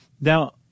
Now